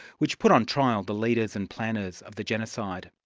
which put on trial the leaders and planners of the genocide.